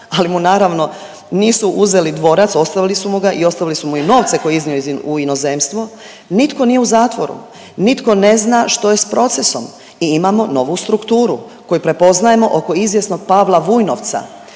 ali mu naravno nisu uzeli dvorac ostavili su mu ga i ostavili su mu i novce koje je iznio u inozemstvo nitko nije u zatvoru, nitko ne zna što je sa procesom i imamo novu strukturu koju prepoznajemo oko izvjesnog Pavla Vujnovca